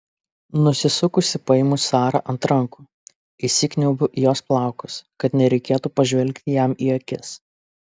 nusisukusi paimu sarą ant rankų įsikniaubiu į jos plaukus kad nereikėtų pažvelgti jam į akis